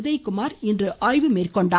உதயகுமார் இன்று ஆய்வு மேற்கொண்டார்